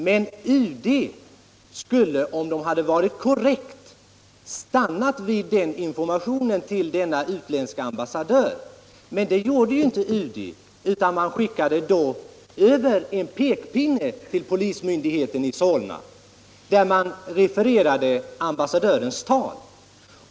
Men UD skulle, om UD handlat korrekt, ha nöjt sig med den informationen till den utländske ambassadören. Det gjorde emellertid inte UD utan skickade över en pekpinne till polismyndigheten i Solna och refererade ambassadörens tal.